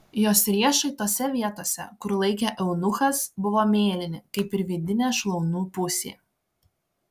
jos riešai tose vietose kur laikė eunuchas buvo mėlyni kaip ir vidinė šlaunų pusė